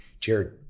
Jared